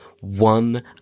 one